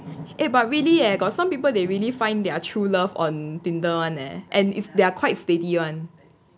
eh but really eh got some people they really find their true love on Tinder [one] eh and is their quite steady [one]